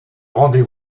rendez